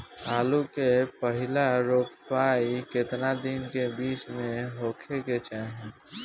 आलू क पहिला रोपाई केतना दिन के बिच में होखे के चाही?